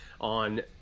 on